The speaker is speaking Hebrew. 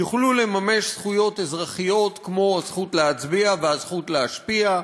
יוכלו לממש זכויות אזרחיות כמו הזכות להצביע והזכות להשפיע.